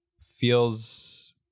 feels